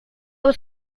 was